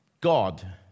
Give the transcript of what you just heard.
God